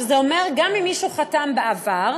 שזה אומר שגם אם מישהו חתם בעבר,